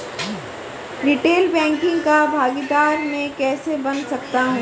Retail banking का भागीदार मैं कैसे बन सकता हूँ?